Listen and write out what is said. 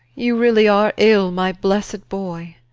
you really are ill, my blessed boy.